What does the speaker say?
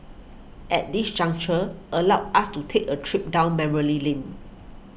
at this juncture allow us to take a trip down memory lane